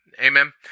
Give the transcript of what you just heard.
Amen